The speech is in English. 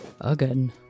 Again